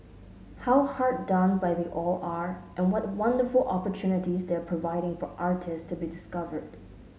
how hard done by they all are and what wonderful opportunities they're providing for artist to be discovered